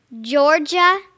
Georgia